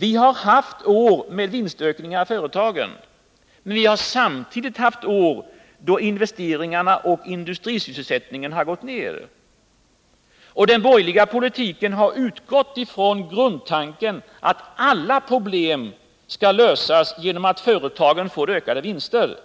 Vi har haft år då vinsterna i företagen har ökat men då samtidigt investeringarna och industrisysselsättningen har minskat. Den borgerliga politiken har utgått från grundtanken att alla problem skall lösas genom att företagen får ökade vinster.